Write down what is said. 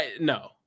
No